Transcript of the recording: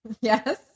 Yes